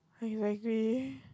why you angry